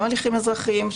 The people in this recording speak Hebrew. גם אזרחיים,